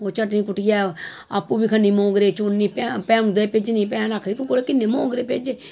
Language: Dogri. ओह् चटनी कुट्टियै आपूं बी खन्नी मोंगरे चुननी भैनू दे बी भेजनी भैन आखदी तूं मड़ी किन्ने मोंगरे भेज्जे